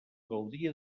gaudia